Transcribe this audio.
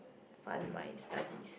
fund my studies